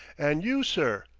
and you, sir!